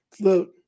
Look